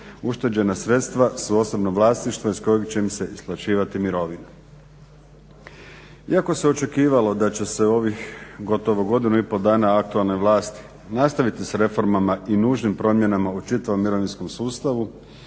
ušteđena sredstva su osobno vlasništvo iz kojeg će im se isplaćivati mirovina. Iako se očekivalo da će se u ovih gotovo godinu i pol dana aktualne vlasti nastaviti s reformama i nužnim promjenama u čitavom mirovinskom sustavu